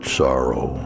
sorrow